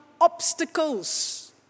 obstacles